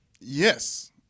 yes